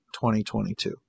2022